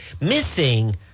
Missing